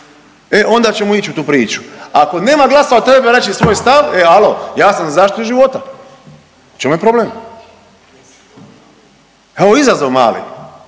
e onda ćemo ići u tu priču, a ako nema glasova, treba reći svoj stav, e alo, ja sam za zaštitu života. U čemu je problem? Evo izazov mali